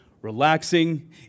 relaxing